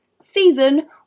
season